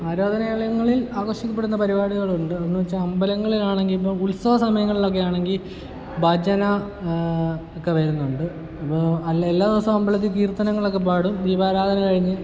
ആരാധനാലയങ്ങളിൽ ആഘോഷിക്കപ്പെടുന്ന പരിപാടികളുണ്ട് എന്ന് വെച്ചാൽ അമ്പലങ്ങളിലാണെങ്കിൽ ഇപ്പം ഉത്സവ സമയങ്ങളിലൊക്കെ ആണെങ്കിൽ ഭജന ഒക്കെ വരുന്നുണ്ട് ഇപ്പോൾ അല്ല എല്ലാ ദിവസവും അമ്പലത്തിൽ കീർത്തനങ്ങളൊക്കെ പാടും ദീപാരാധന കഴിഞ്ഞ്